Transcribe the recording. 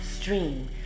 stream